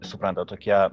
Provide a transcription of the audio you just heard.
suprantat tokia